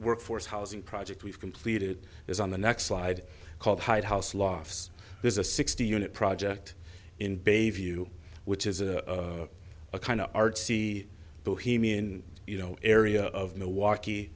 workforce housing project we've completed is on the next slide called height house loss there's a sixty unit project in bayview which is a kind of artsy bohemian you know area of milwaukee